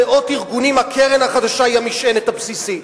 למאות ארגונים הקרן החדשה היא המשענת הבסיסית,